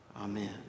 Amen